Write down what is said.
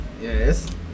Yes